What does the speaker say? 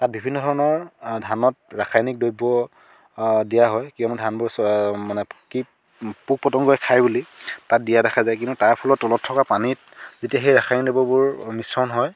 তাত বিভিন্ন ধৰণৰ ধানত ৰাসায়নিক দ্ৰব্য দিয়া হয় কিয়নো ধানবোৰ মানে কীট পোক পতংগই খাই বুলি তাত দিয়া দেখা যায় কিন্তু তাৰ ফলত তলত থকা পানীত যেতিয়া সেই ৰাসায়নিক দ্ৰব্যবোৰ মিশ্ৰণ হয়